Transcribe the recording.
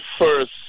first